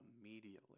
immediately